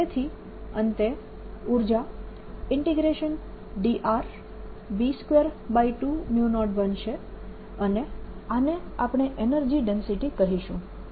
અને તેથી અંતે ઉર્જા dr બનશે અને આને આપણે એનર્જી ડેન્સિટી કહીશું